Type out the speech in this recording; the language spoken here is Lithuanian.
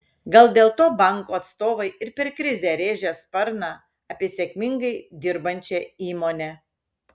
gal dėl to bankų atstovai ir per krizę rėžia sparną apie sėkmingai dirbančią įmonę